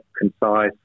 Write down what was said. concise